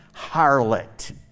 harlot